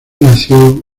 nació